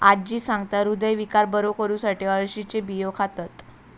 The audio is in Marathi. आजी सांगता, हृदयविकार बरो करुसाठी अळशीचे बियो खातत